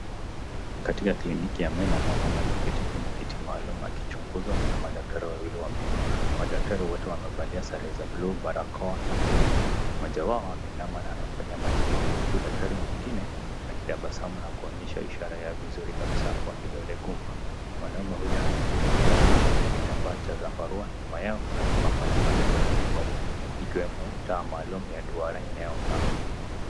Katika kliniki ya meno mwanaume ameketi kwenye kiti maalum akichunguzwa. Kuna madaktari wawili wa meno. Madaktari wote wamevalia sare za buluu ,barakoa na glovu. Mmoja wao ameinama na anamfanyia matibabu huku daktari mwingine akitabasamu na kuonyesha ishara ya vizuri kabsa kwa kidole gumba. Mwanaume huyu amefunikiwa shingoni na kitambaa cha zambarua. Nyuma yao kuna vifaa mbalimbali ya matibabu ikiwemo taa maalum ya duara inayong'aa.